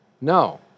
No